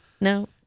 No